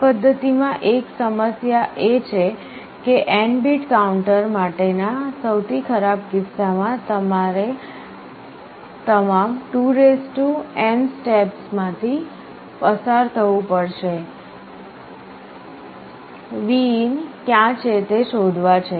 આ પધ્ધતિમાં એક સમસ્યા એ છે કે N બીટ કાઉન્ટર માટે ના સૌથી ખરાબ કિસ્સામાં મારે તમામ 2n સ્ટેપ્સ માંથી પસાર થવું પડી શકે છે Vin ક્યાં છે તે શોધવા છે